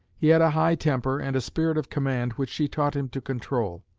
he had a high temper and a spirit of command, which she taught him to control.